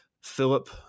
Philip